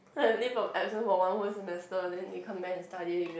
I have leave of absence for one whole semester then you come back and study